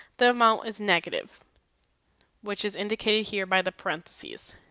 the amount is negative which is indicated here by the parentheses.